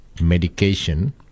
medication